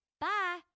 Bye